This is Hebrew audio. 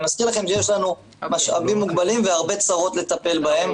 אני מזכיר לכם שיש לנו משאבים מוגבלים והרבה צרות לטפל בהן,